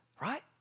right